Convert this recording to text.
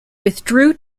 withdrew